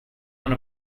want